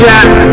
Jack